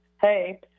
Hey